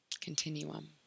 continuum